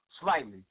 slightly